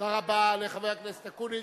תודה רבה לחבר הכנסת אקוניס.